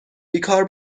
بیکار